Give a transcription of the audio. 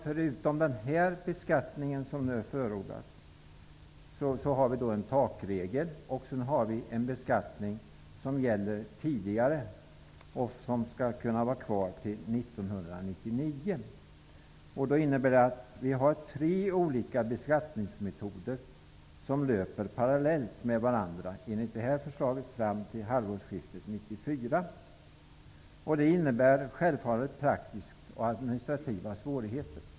Förutom den beskattning som nu förordas finns det en takregel. Vidare finns det en beskattning som gäller sedan tidigare och som skall kunna vara kvar till 1999. Det innebär tre olika beskattningsmetoder som löper parallellt med varandra -- enligt detta förslag fram till halvårsskiftet 1994. Detta innebär, självfallet, praktiska och administrativa svårigheter.